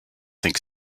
think